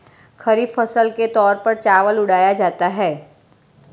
खरीफ फसल के तौर पर चावल उड़ाया जाता है